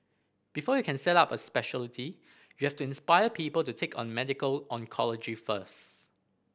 before you can set up a speciality you have to inspire people to take on medical oncology first